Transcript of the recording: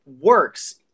works –